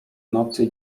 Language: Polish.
nocy